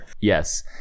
Yes